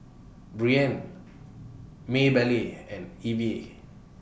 Breanne Maybelle and Evia